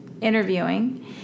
interviewing